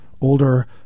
older